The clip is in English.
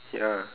ya